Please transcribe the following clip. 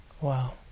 Wow